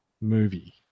movie